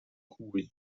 cui